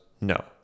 No